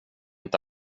inte